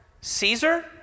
Caesar